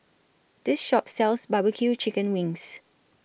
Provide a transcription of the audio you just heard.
This Shop sells Barbecue Chicken Wings